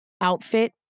outfit